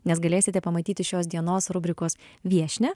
nes galėsite pamatyti šios dienos rubrikos viešnią